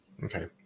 okay